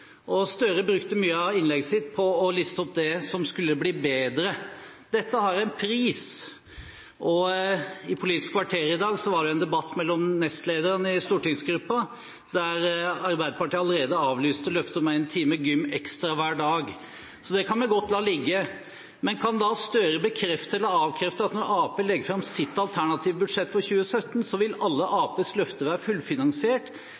politikk. Støre brukte mye av innlegget sitt på å liste opp det som skulle bli bedre. Dette har en pris. I Politisk kvarter i dag var det en debatt der nestlederen i Arbeiderpartiets stortingsgruppe deltok. Arbeiderpartiet avlyste allerede der løftet om én time gym ekstra hver dag. Så det kan vi godt la ligge. Men kan Gahr Støre bekrefte eller avkrefte at når Arbeiderpartiet legger fram sitt alternative budsjett 2017, vil alle